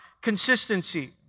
Consistency